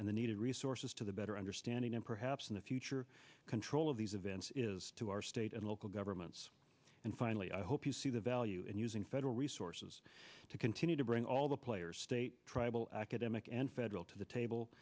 and the needed resources to the better understanding and perhaps in the future control of these events is to our state and local governments and finally i hope you see the value in using federal resources to continue to bring all the players state tribal academic and federal to the table